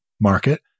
market